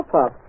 Pop